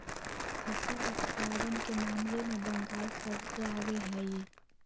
फसल उत्पादन के मामले में बंगाल सबसे आगे हई